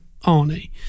Arnie